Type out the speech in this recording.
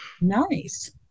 Nice